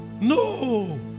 no